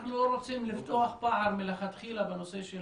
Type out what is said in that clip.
אנחנו לא רוצים לפתוח פער מלכתחילה בנושא של